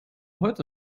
heute